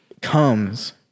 comes